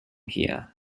here